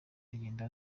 aragenda